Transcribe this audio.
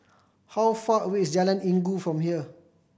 how far away is Jalan Inggu from here